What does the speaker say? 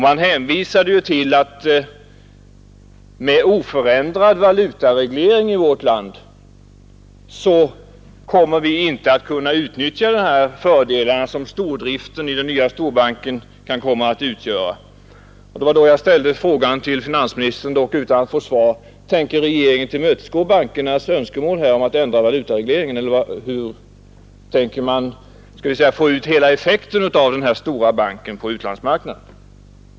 Man hänvisade också till att vi med oförändrad valutareglering i vårt land inte kommer att kunna utnyttja de fördelar som stordriften i den nya storbanken kan komma att ge. Jag ställde då frågan till finansministern, dock utan att få svar: Tänker regeringen tillmötesgå bankernas önskemål om en ändring av valutaregleringen, eller hur tänker man sig få ut hela effekten av denna storbank på utlandsmarknaden?